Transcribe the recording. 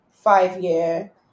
five-year